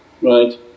right